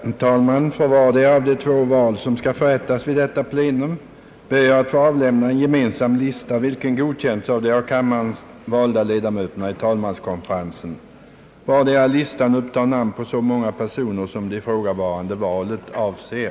Herr talman! För vart och ett av de val som skall företagas vid detta plenum ber jag att få avlämna en gemensam lista, vilken godkänts av de av kammaren valda ledamöterna i talmanskonferensen. Listan upptar namn å så många personer, som det ifrågavarande valet avser.